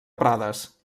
prades